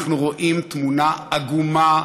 אנחנו רואים תמונה עגומה,